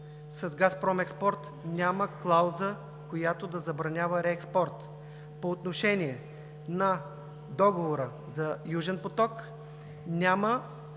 с „Газпромекспорт“ няма клауза, която да забранява реекспорт. По отношение на Договора за „Южен поток“ няма